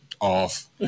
Off